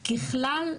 ככלל,